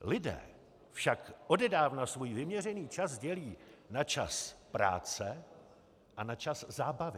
Lidé však odedávna svůj vyměřený čas na čas práce a na čas zábavy.